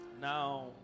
Now